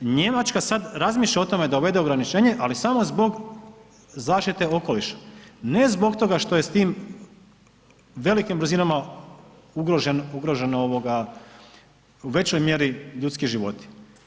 Njemačka sad razmišlja o tome da uvede ograničenje, ali samo zbog zaštite okoliša, ne zbog toga što je s tim velikim brzinama ugroženo u većoj mjeri ljudski životi.